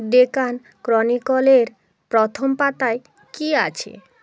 Deccan Chronicle এর প্রথম পাতায় কী আছে